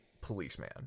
policeman